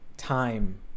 time